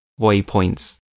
waypoints